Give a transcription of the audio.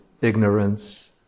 ignorance